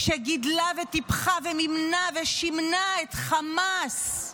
שגידלה וטיפחה ומימנה ושימנה את חמאס,